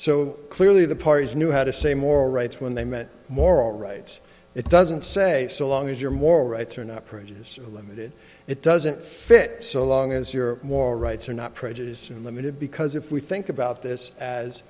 so clearly the parties knew how to say moral rights when they meant moral rights it doesn't say so long as your moral rights are not prejudiced or limited it doesn't fit so long as your moral rights are not prejudiced and limited because if we think about this as